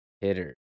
hitter